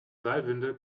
seilwinde